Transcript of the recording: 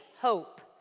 hope